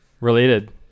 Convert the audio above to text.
related